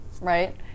right